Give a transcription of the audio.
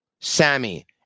Sammy